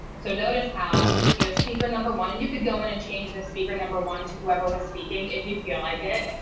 so notice how you know speaker number one and you could go in and change the speaker number one to whoever was speaking if you feel like it.